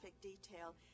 detail